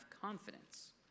confidence